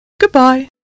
Goodbye